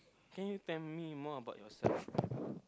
can you tell me more about yourself